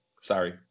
Sorry